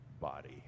body